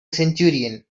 centurion